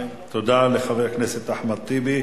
תודה לחבר הכנסת אחמד טיבי.